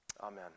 Amen